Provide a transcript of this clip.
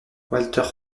walter